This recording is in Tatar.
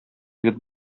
егет